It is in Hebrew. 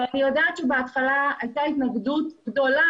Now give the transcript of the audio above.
אני יודעת שבהתחלה הייתה התנגדות גדולה